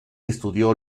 estudió